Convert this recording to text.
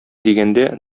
дигәндә